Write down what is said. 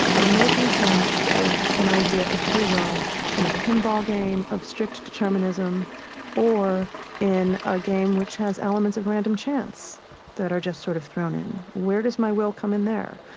of making sense of an idea of free will in a pinball game of strict determinism or in a game which has elements of random chance that are just sort of thrown in. where does my will come in there?